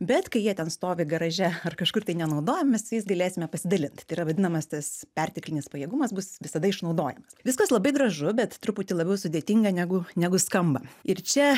bet kai jie ten stovi garaže ar kažkur tai nenaudojam mes su jais galėsime pasidalint tai yra vadinamas tas perteklinis pajėgumas bus visada išnaudojamas viskas labai gražu bet truputį labiau sudėtinga negu negu skamba ir čia